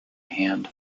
hand